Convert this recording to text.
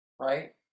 right